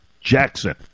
Jackson